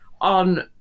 on